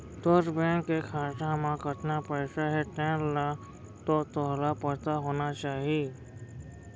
तोर बेंक के खाता म कतना पइसा हे तेन तो तोला पता होना चाही?